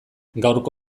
gaurko